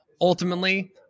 Ultimately